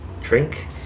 drink